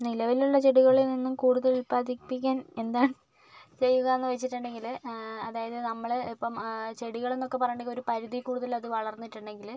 നിലവിലുള്ള ചെടികളിൽ നിന്നും കൂടുതൽ ഉത്പാദിപ്പിക്കാൻ എന്താണ് ചെയ്യുക എന്ന് വെച്ചിട്ടുണ്ടെങ്കിൽ അതായത് നമ്മൾ ഇപ്പം ചെടികൾ എന്നൊക്കെ പറഞ്ഞിട്ട് ഉണ്ടങ്കിൽ ഒരു പരിധിയിൽ കൂടുതൽ അത് വളർന്നിട്ട് ഉണ്ടെങ്കിൽ